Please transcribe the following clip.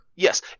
Yes